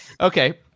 Okay